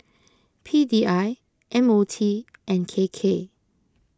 P D I M O T and K K